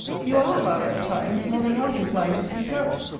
you are, however, at times, more than half inclined to speak out.